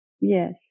yes